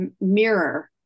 mirror